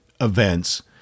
events